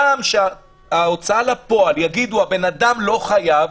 פעם שההוצאה לפועל יגידו: הבן אדם לא חייב,